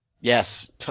Yes